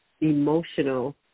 emotional